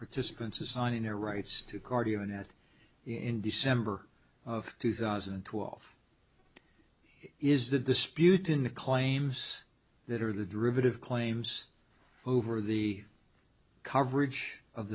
participants assigning their rights to cardio net in december of two thousand and twelve is the dispute in the claims that are the derivative claims over the coverage of